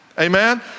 amen